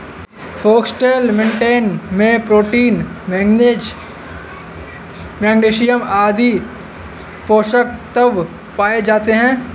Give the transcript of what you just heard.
foxtail millet में protein, manganese, magnesium आदि पोषक तत्व पाए जाते है